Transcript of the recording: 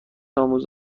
آموز